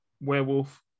werewolf